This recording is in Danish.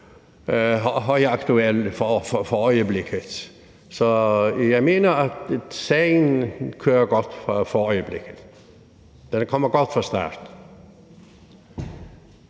højaktuel for øjeblikket. Så jeg mener, at sagen kører godt for øjeblikket; den er kommet godt fra start.